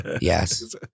Yes